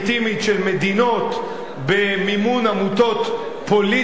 של מדינות במימון עמותות פוליטיות,